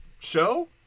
show